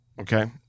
okay